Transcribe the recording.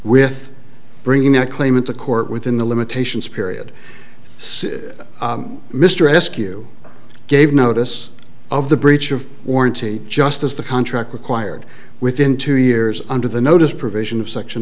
with bringing a claim into court within the limitations period mr eskew gave notice of the breach of warranty just as the contract required within two years under the notice provision of section